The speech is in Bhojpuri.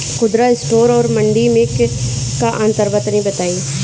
खुदरा स्टोर और मंडी में का अंतर बा तनी बताई?